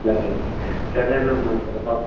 సరే సరేనమ్మా సరే